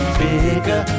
bigger